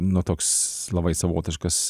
nu toks labai savotiškas